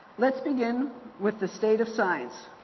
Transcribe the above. let's begin with the state of science.